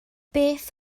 beth